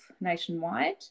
nationwide